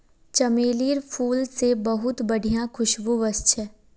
चमेलीर फूल से बहुत बढ़िया खुशबू वशछे